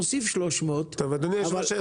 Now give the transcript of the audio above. נוסיף 300. אדוני היושב-ראש,